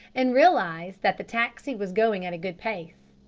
and realised that the taxi was going at a good pace.